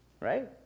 right